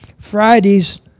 Friday's